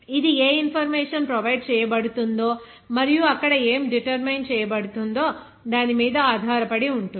ఇది ఏ information provide చేయబడుతుందో మరియు అక్కడ ఏమి డెటెర్మిన్ చేయబడుతుందో దాని మీద ఆధారపడి ఉంటుంది